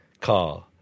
car